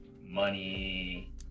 money